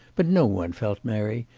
but no one felt merry,